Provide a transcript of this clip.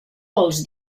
vols